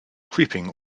creeping